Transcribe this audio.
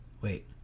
wait